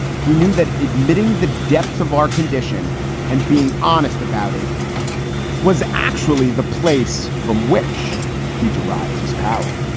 he knew that admitting the depths of our condition and being honest about it was actually the place from which he derived his power